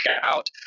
out